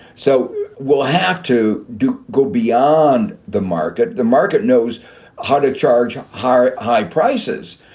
so we'll have to do go beyond the market. the market knows how to charge higher high prices.